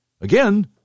Again